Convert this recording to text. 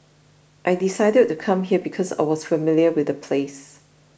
I decided to come here because I was familiar with the place